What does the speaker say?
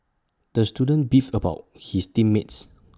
the student beefed about his team mates